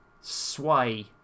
Sway